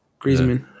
Griezmann